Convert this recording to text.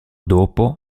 dopo